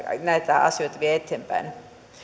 näitä asioita viedä eteenpäin